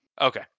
Okay